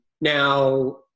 now